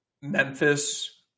Memphis